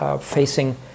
Facing